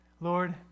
Lord